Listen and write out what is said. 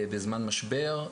בזמן משבר.